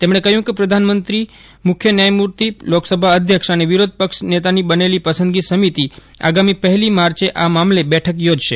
તેમણે કહ્યું કે પ્રધાનમંત્રી મુખ્ય ન્યાયમૂર્તિ લોકસભા અધ્યક્ષ અને વિરોધ પક્ષ નેતાની બનેલી પસંદગી સમિતિ આગામી પહેલી માર્ચે આ મામલે બેઠક યોજશે